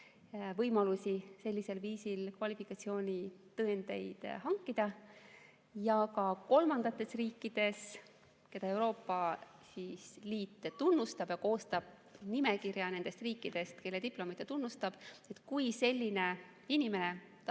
võimalusi sellisel viisil kvalifikatsioonitõendeid hankida, ja neid on ka kolmandates riikides, keda Euroopa Liit tunnustab, ta koostab nimekirja nendest riikidest, kelle diplomeid ta tunnustab –, tahab tulla Eestisse